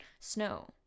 Snow